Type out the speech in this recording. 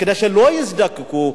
כדי שלא יזדקקו,